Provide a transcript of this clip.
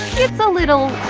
it's a little,